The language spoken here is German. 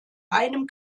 einem